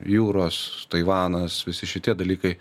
jūros taivanas visi šitie dalykai